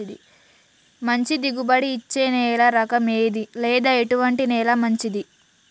మంచి దిగుబడి ఇచ్చే నేల రకం ఏది లేదా ఎటువంటి నేల మంచిది?